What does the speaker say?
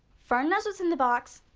fern knows what is in the box.